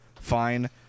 fine